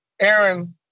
Aaron